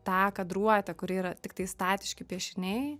tą kadruotę kuri yra tiktai statiški piešiniai